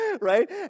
right